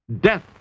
Death